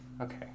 Okay